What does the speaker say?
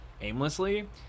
aimlessly